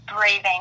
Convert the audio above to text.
Breathing